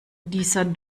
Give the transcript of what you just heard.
dieser